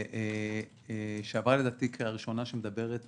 שעברה קריאה ראשונה,